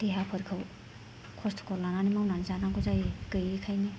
देहाफोरखो खस्थ'खौ लानानै मावनानै जानांगौ जायो गैयैखायनो